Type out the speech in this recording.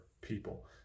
people